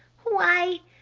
why.